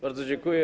Bardzo dziękuję.